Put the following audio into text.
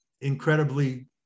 incredibly